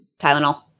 Tylenol